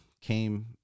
Came